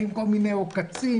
באים כל מיני עוקצים.